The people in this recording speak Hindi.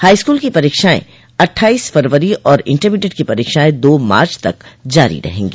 हाईस्कूल की परीक्षाएं अट्ठाईस फरवरी और इंटरमीडिएट की परीक्षाएं दो मार्च तक जारी रहेंगी